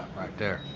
right there,